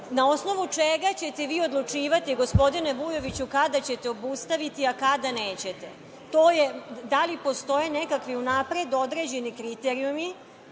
Na osnovu čega ćete vi odlučivati, gospodine Vujoviću, kada ćete obustaviti, a kada nećete? Da li postoje nekakvi unapred određeni kriterijumi